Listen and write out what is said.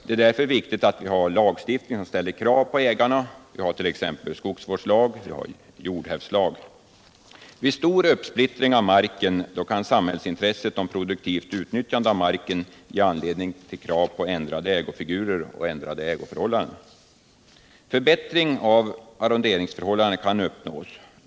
Det är därför viktigt att vi har en lagstiftning som ställer krav på ägarna; vi hart.ex. skogsvårdslag och jordhävdslag. Vid stor uppsplittring av mark kan samhällsintresset av produktivt utnyttjande av marken ge anledning till krav på ändrade ägofigurer och ändrade ägoförhållanden.